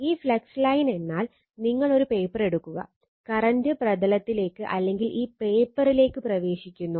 ഈ flux line എന്നാൽ നിങ്ങൾ ഒരു പേപ്പർ എടുക്കുക കറന്റ് പ്രതലത്തിലേക്ക് അല്ലെങ്കിൽ ഈ പേപ്പറിലേക്ക് പ്രവേശിക്കുന്നു